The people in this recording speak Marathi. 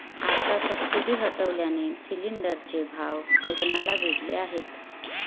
आता सबसिडी हटवल्याने सिलिंडरचे भाव गगनाला भिडले आहेत